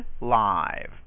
live